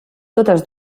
totes